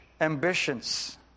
ambitions